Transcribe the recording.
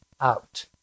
out